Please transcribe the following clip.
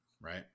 right